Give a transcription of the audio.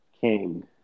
King